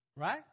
right